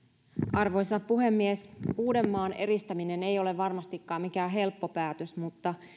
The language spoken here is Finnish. arvoisa puhemies uudenmaan eristäminen ei ole varmastikaan mikään helppo päätös mutta